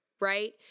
right